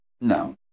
No